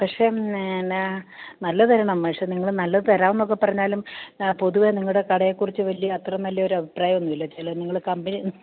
പക്ഷേ എന്നാ നല്ലത് തരണം പക്ഷെ നിങ്ങള് നല്ലതു തരാമെന്നൊക്കെ പറഞ്ഞാലും പൊതുവെ നിങ്ങളുടെ കടയെക്കുറിച്ചു വലിയ അത്ര നല്ലൊരു അഭിപ്രായമൊന്നുമില്ല ചില നിങ്ങള് കമ്പനി